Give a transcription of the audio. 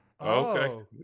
Okay